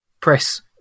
press